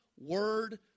word